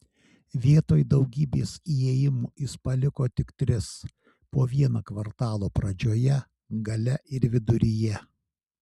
vietoj daugybės įėjimų jis paliko tik tris po vieną kvartalo pradžioje gale ir viduryje